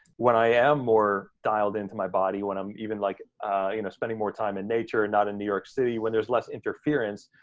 when i am more dialed into my body, when i'm even like you know spending more time in nature and not in new york city, when there's less interference,